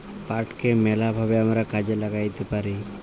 পাটকে ম্যালা ভাবে আমরা কাজে ল্যাগ্যাইতে পারি